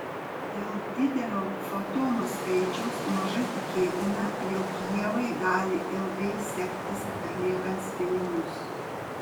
dėl didelio fotonų skaičiaus mažai tikėtina jog ievai gali ilgai sektis atliekant spėjimus